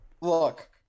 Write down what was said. look